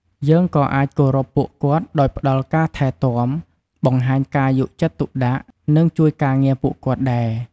យើងក៏អាចគោរពពួកគាត់ដោយផ្ដល់ការថែទាំ បង្ហាញការយកចិត្តទុកដាក់ និងជួយការងារពួកគាត់ដែរ។